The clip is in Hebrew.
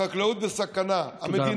החקלאות בסכנה, תודה רבה.